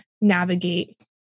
navigate